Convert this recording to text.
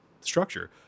structure